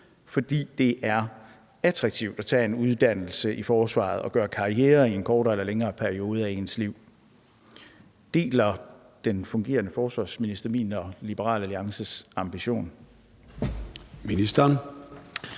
fordi det er attraktivt at tage en uddannelse i forsvaret og gøre karriere der i en kortere eller længere periode af ens liv. Deler den fungerende forsvarsminister min og Liberal Alliances ambition?